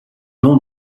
non